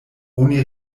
oni